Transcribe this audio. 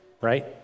right